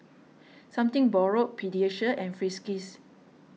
Something Borrowed Pediasure and Friskies